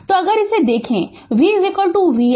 Refer Slide Time 2051 तो अगर इसे देखें कि यह v v x vL 0 है